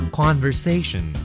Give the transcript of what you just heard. conversation